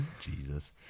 Jesus